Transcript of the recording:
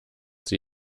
sie